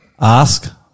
Ask